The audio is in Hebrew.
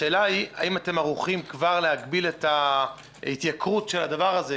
השאלה היא האם אתם ערוכים כבר להגביל את ההתייקרות של הדבר הזה,